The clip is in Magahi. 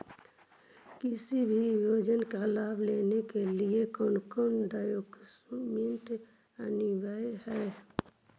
किसी भी योजना का लाभ लेने के लिए कोन कोन डॉक्यूमेंट अनिवार्य है?